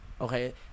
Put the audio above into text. okay